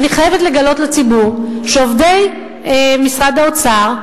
אני חייבת לגלות לציבור שעובדי משרד האוצר,